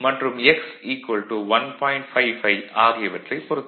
55 ஆகியவற்றைப் பொருத்துங்கள்